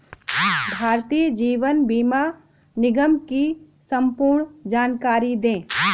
भारतीय जीवन बीमा निगम की संपूर्ण जानकारी दें?